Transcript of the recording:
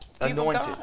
anointed